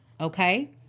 okay